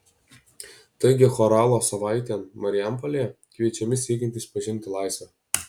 taigi choralo savaitėn marijampolėje kviečiami siekiantys pažinti laisvę